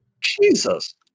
Jesus